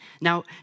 Now